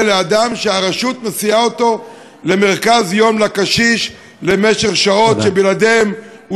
לאדם שהרשות מסיעה אותו למרכז-יום לקשיש למשך שעות שבלעדיהן,